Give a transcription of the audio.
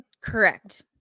Correct